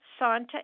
Santa